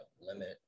limit